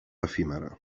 efímera